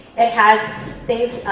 it has things,